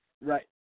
right